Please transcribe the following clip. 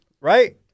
Right